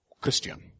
Christian